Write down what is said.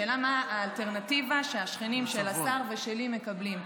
השאלה היא מה האלטרנטיבה שהשכנים של השר ושלי מקבלים.